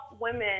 women